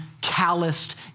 calloused